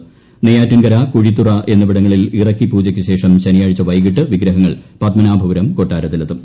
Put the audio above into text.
മുന്നൂറ്റി നെയ്യാറ്റിൻകര കുഴീത്തുറ എന്നിവിടങ്ങളിൽ ഇറക്കി പൂജയ്ക്ക് ശേഷം ശനിയാഴ്ച വൈകിട്ട് വിഗ്രഹങ്ങൾ പത്മനാഭപുരം കൊട്ടാരത്തിലെത്തും